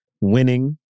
winning